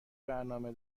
برنامه